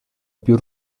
più